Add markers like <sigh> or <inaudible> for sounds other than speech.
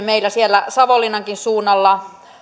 <unintelligible> meillä siellä savonlinnankin suunnalla